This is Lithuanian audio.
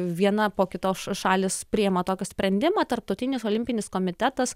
viena po kitos šalys priima tokį sprendimą tarptautinis olimpinis komitetas